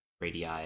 radii